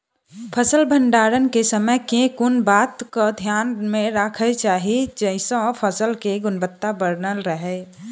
फसल भण्डारण केँ समय केँ कुन बात कऽ ध्यान मे रखबाक चाहि जयसँ फसल केँ गुणवता बनल रहै?